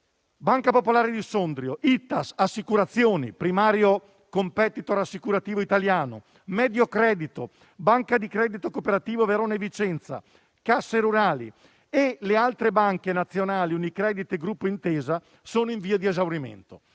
Banca Popolare di Sondrio, ITAS Assicurazioni, primario *competitor* assicurativo italiano, Mediocredito, Banca di credito cooperativo di Verona e Vicenza, casse rurali e le altre banche nazionali, Unicredit e Gruppo Intesa sono in via di esaurimento.